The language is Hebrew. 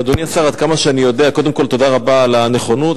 אדוני השר, קודם כול, תודה על הנכונות.